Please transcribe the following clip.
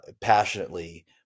Passionately